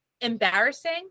embarrassing